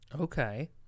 Okay